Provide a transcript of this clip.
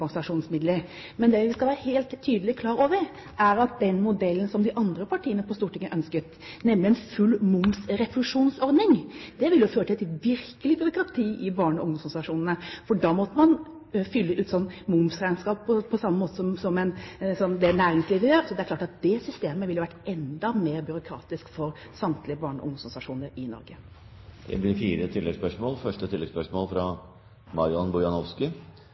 Men det vi skal være helt klar over, er at den modellen som de andre partiene på Stortinget ønsket, nemlig en full momsrefusjonsordning, ville ført til et virkelig byråkrati i barne- og ungdomsorganisasjonene, for da måtte man fylle ut momsregnskap på samme måte som næringslivet. Det er klart at det systemet ville vært enda mer byråkratisk for samtlige barne- og ungdomsorganisasjoner i Norge. Det blir fire